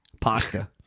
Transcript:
pasta